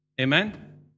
Amen